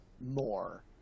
more